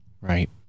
Right